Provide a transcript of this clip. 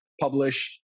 publish